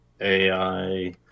AI